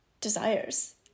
Desires